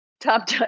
top